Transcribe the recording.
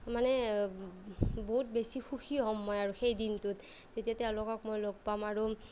মানে বহুত বেছি সুখী হ'ম মই আৰু সেই দিনটোত যেতিয়া তেওঁলোকক মই লগ পাম আৰু